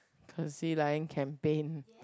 courtesy lion campaign